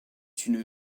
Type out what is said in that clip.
une